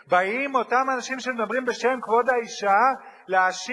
באים אותם אנשים שמדברים בשם כבוד האשה להאשים